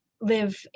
live